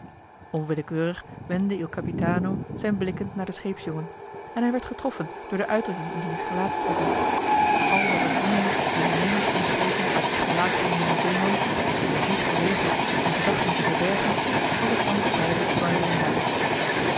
onwillekeurig wendde il capitano zijn blikken naar den scheepsjongen en hij werd getroffen door de uitdrukking in diens gelaatstrekken al wat er vriendelijks en innemends kon spreken uit het gelaat van den jongen zeeman die nog niet geleerd had zijn gedachten te verbergen was er thans duidelijk op waarneembaar